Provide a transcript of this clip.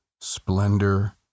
splendor